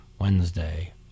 Wednesday